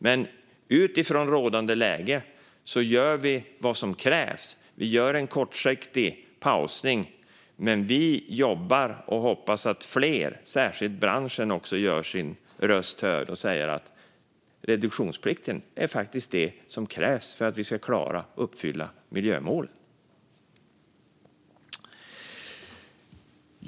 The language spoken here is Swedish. Men utifrån rådande läge gör vi vad som krävs. Vi gör en kortsiktig pausning. Men vi jobbar och hoppas att fler, särskilt branschen, också gör sin röst hörd och säger: Reduktionsplikten är faktiskt det som krävs för att vi ska klara att uppfylla miljömålen.